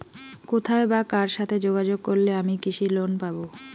কোথায় বা কার সাথে যোগাযোগ করলে আমি কৃষি লোন পাব?